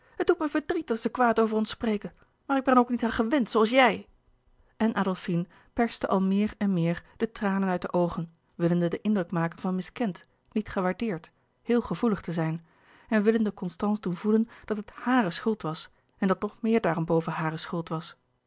het doet mij verdriet dat ze kwaad over ons spreken maar ik ben er ook niet aan gewend zooals jij en adolfine perste al meer en meer de tranen uit de oogen willende den indruk maken van miskend niet gewaardeerd heel gevoelig te zijn en willende constance doen voelen dat het hàre schuld was en dat nog meer daarenboven hàre schuld was